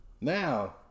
Now